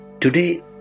Today